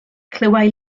clywai